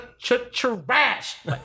trash